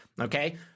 Okay